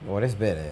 oh that's bad eh